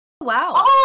Wow